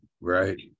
right